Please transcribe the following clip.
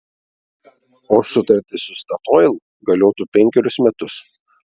o sutartis su statoil galiotų penkerius metus